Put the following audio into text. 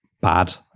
bad